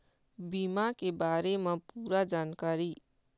बीमा के बारे म पूरा जानकारी?